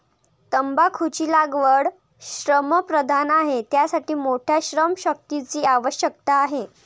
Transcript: तंबाखूची लागवड श्रमप्रधान आहे, त्यासाठी मोठ्या श्रमशक्तीची आवश्यकता आहे